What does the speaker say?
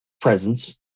presence